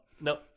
no